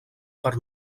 per